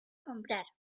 comprar